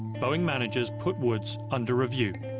boeing managers put woods under review.